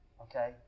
Okay